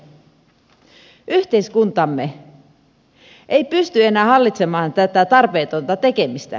yhteiskuntamme ei pysty enää hallitsemaan tätä tarpeetonta tekemistä